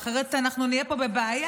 אחרת אנחנו נהיה פה בבעיה,